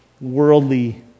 worldly